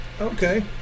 okay